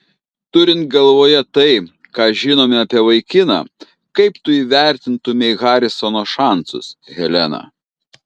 turint galvoje tai ką žinome apie vaikiną kaip tu įvertintumei harisono šansus helena